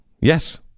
Yes